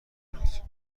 کنید